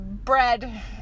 bread